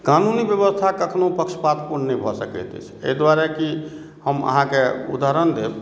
कानूनी व्यवस्था कखनो पक्षपातपूर्ण नहि भऽ सकैत अछि एहि दुआरे कि हम अहाँक उदाहरण देब